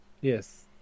Yes